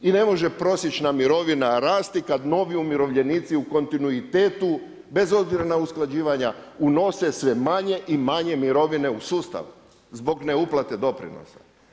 I ne može prosječna mirovina rasti kada novi umirovljenici u kontinuitetu bez obzira na usklađivanja unose sve manje i manje mirovine u sustav zbog ne uplate doprinosa.